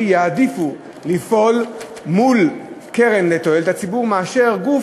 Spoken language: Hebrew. יעדיפו לפעול מול קרן לתועלת הציבור מאשר מול גוף